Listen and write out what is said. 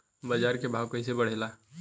बाजार के भाव कैसे बढ़े ला?